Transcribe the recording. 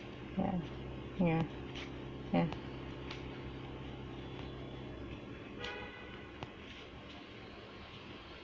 ya ya ya